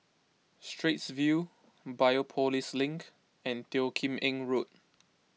Straits View Biopolis Link and Teo Kim Eng Road